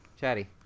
Chatty